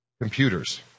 computers